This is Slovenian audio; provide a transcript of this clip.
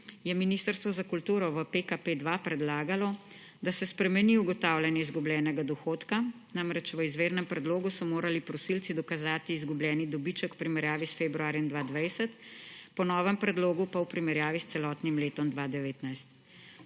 je Ministrstvo za kulturo v PKP2 predlagalo, da se spremeni ugotavljanje izgubljenega dohodka; namreč v izvirnem predlogu so morali prosilci dokazati izgubljeni dobiček v primerjavi s februarjem 2020, po novem predlogu pa v primerjavi s celotnim letom 2019.